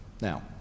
Now